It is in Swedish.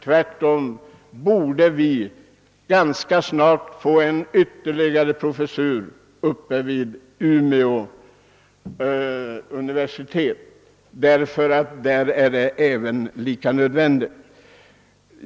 Tvärtom borde vi ganska snart inrätta en professur också vid Umeå universitet; det är lika nödvändigt där.